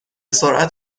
سرعت